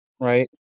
right